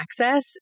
access